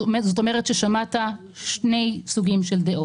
זאת אומרת ששמעת שני סוגים של דעות.